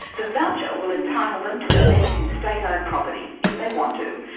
the voucher will entitle them to invest in state-owned property if they want to,